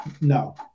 No